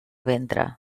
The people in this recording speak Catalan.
ventre